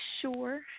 sure